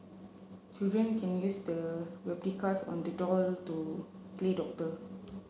children can use the replicas on the doll to play doctor